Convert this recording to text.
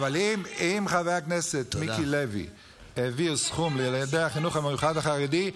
אבל אם חבר הכנסת מיקי לוי העביר סכום לילדי החינוך המיוחד החרדי,